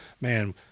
man